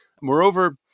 Moreover